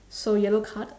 so yellow card